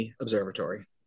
observatory